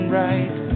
right